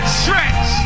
stretch